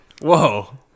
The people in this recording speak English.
Whoa